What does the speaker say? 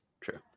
true